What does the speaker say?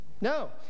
No